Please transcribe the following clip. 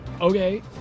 okay